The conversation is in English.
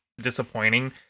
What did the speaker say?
disappointing